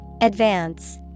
Advance